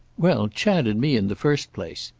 well, chad and me in the first place.